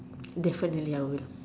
definitely I will